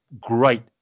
great